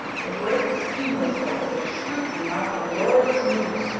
the great steam-whistle is shrieking out the glorious news,